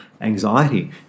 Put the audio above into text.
anxiety